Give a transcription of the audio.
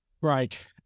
Right